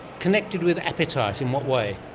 connected with appetite. in what way?